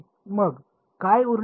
मग काय उरले आहे